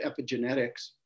epigenetics